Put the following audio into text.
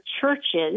churches